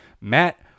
Matt